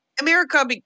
America